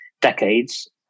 decades